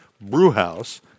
Brewhouse